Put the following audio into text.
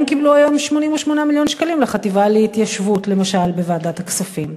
הם קיבלו היום 88 מיליון שקלים לחטיבה להתיישבות בוועדת הכספים.